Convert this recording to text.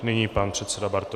Nyní pan předseda Bartoš.